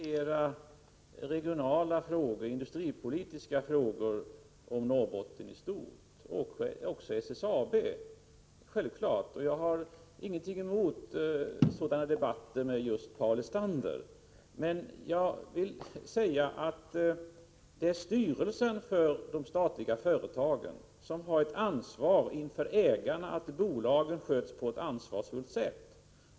Herr talman! Jag är beredd att diskutera regionala industripolitiska frågor om Norrbotten i stort, självfallet också SSAB, och jag har ingenting emot sådana debatter med just Paul Lestander. Men jag vill säga att det är styrelsen för de statliga företagen som har ett ansvar inför ägaren att bolagen sköts på ett ansvarsfullt sätt.